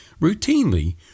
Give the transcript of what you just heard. Routinely